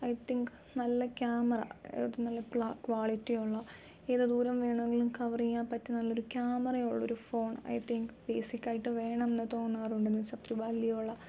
I think നല്ല camera നല്ല ക്വളിറ്റിയുള്ള ഏത് ദൂരം വേണെങ്കിലും കവറെയ്യാൻ പറ്റുന്ന നല്ലൊരു ക്യാമറയുള്ളൊരു ഫോൺ ഐ തിങ്ക് ബേസിക്കായിട്ട് വേണമെന്ന് തോന്നാറുണ്ട് എന്നുവച്ചാല് അത്ര വാല്യൂ ഉള്ള